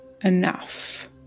enough